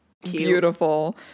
beautiful